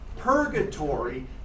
purgatory